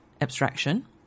abstraction